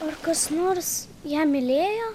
ar kas nors ją mylėjo